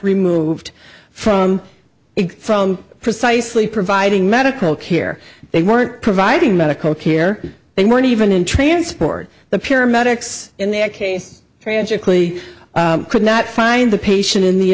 removed from it from precisely providing medical care they weren't providing medical care they weren't even in transport the paramedics in their case frantically could not find the patient in the